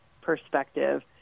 perspective